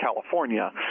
California